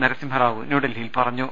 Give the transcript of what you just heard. നരസിംഹറാവു ന്യൂഡൽഹിയിൽ പറഞ്ഞു